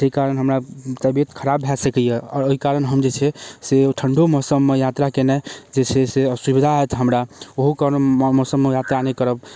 जाहि कारण हमरा तबियत खराब भए सकैए आओर ओइ कारण हम जे छै से ठण्डो मौसममे यात्रा केनाइ जे छै से असुविधा होयत हमरा ओहो कारण ओ मौसममे यात्रा नहि करब